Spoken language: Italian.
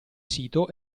sito